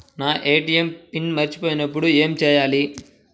నా ATM PIN మర్చిపోయినప్పుడు ఏమి చేయాలి?